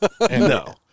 No